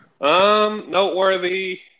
Noteworthy